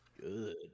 Good